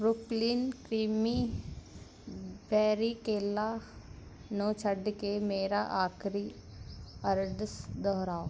Brooklyn creamy berry ਕੇਲਾ ਨੂੰ ਛੱਡ ਕੇ ਮੇਰਾ ਆਖਰੀ ਆਰਡਸ ਦੁਹਰਾਓ